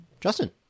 justin